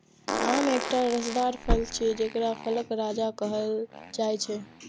आम एकटा रसदार फल छियै, जेकरा फलक राजा कहल जाइ छै